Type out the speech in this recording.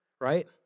right